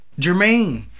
Jermaine